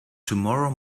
tomorrow